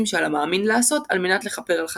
שעל המאמין לעשות על מנת לכפר על חטאיו.